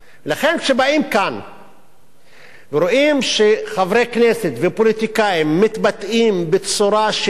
ורואים שחברי כנסת ופוליטיקאים מתבטאים בצורה של גזענות בזויה,